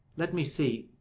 let me see,